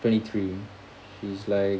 twenty three she's like